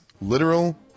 Literal